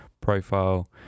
profile